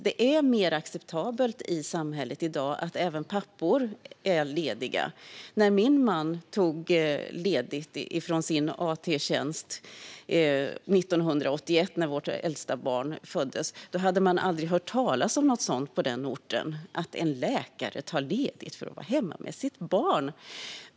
Det är mer acceptabelt i samhället i dag att även pappor är lediga. När min man tog ledigt från sin AT-tjänst 1981, när vårt äldsta barn föddes, hade man aldrig hört talas om något sådant på den orten: att en läkare tar ledigt för att vara hemma med sitt barn.